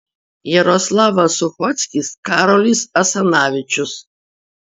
jaroslavas suchockis karolis asanavičius